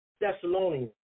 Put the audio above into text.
Thessalonians